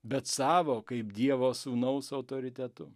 bet savo kaip dievo sūnaus autoritetu